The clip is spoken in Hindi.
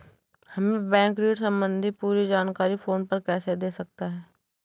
हमें बैंक ऋण संबंधी पूरी जानकारी फोन पर कैसे दे सकता है?